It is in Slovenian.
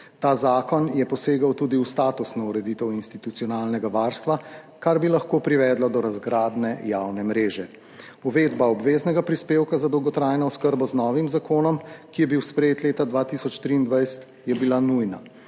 Ta zakon je posegel tudi v statusno ureditev institucionalnega varstva, kar bi lahko privedlo do razgradnje javne mreže. Uvedba obveznega prispevka za dolgotrajno oskrbo z novim zakonom, ki je bil sprejet leta 2023 je bila nujna.